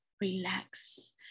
relax